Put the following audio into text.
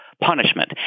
punishment